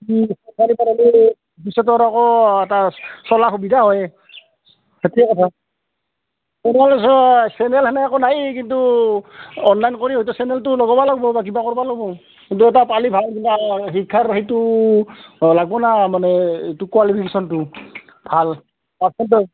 ভৱিষ্যতৰ একো এটা চলা সুবিধা হয় সেইটোৱেই কথা চেনেল হেনে একো নাই কিন্তু অনলাইন কৰি সেইটো চেনেলটো লগাব লাগিব বা কিবা কৰিব লাগিব দুয়োটা পালে ভাল শিক্ষা হেৰিটো লাগিব না মানে এটো কোৱালিফিকেনটো ভাল পাৰ্চেন্টেজ